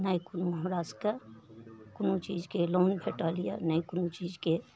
नहि कोनो हमरा सभकेँ कोनो चीजके लोन भेटल यऽ नहि कोनो चीजके